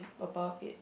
above it